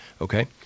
Okay